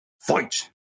fight